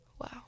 Wow